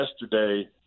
yesterday